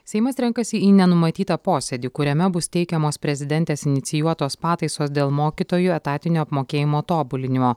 seimas renkasi į nenumatytą posėdį kuriame bus teikiamos prezidentės inicijuotos pataisos dėl mokytojų etatinio apmokėjimo tobulinimo